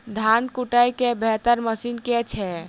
धान कुटय केँ बेहतर मशीन केँ छै?